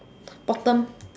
bottom